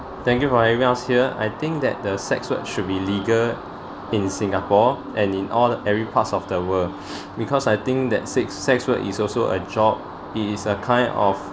thank you for here I think that the sex work should be legal in singapore and in all every parts of the world because I think that six sex work is also a job it is a kind of